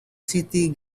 city